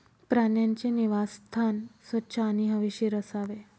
प्राण्यांचे निवासस्थान स्वच्छ आणि हवेशीर असावे